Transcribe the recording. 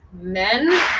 Men